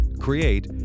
create